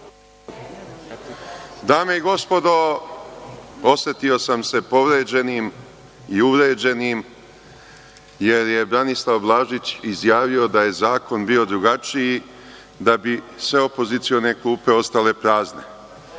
Dame i gospodo, osetio sam se povređenim i uvređenim jer je Branislav Blažić izjavio da je zakon bio drugačiji, da bi sve opozicione klupe ostale prazne.